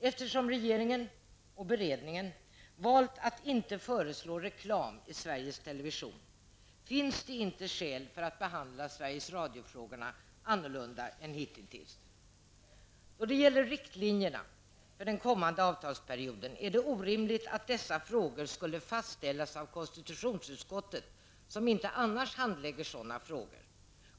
Eftersom regeringen och beredningen valt att inte föreslå reklam i Sveriges Television finns det inte skäl att behandla Sveriges Radio-frågorna på annat sätt än hitintills. Då det gäller riktlinjerna för den kommande avtalsperioden är det orimligt att dessa frågor skall fastställas av konstitutionsutskottet som inte annars handlägger sådana frågor.